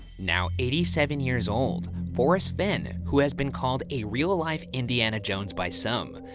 now eighty seven years old, forrest fenn, who has been called a real-life indiana jones by some,